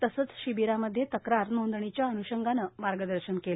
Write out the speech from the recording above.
तसंच शिबिरामध्ये तक्रार नोंदणीच्या अन्षंगानं मार्गदर्शन केलं